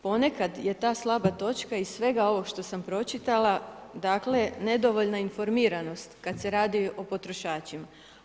Ponekad je ta slaba točka iz svega ovoga što sam pročitala nedovoljno informiranost kada se radi o potrošačima.